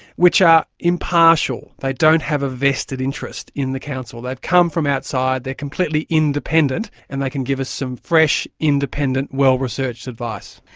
which are impartial, they don't have a vested interest in the council. they've come from outside, they are completely independent and they can give us some fresh, independent, well-researched advice.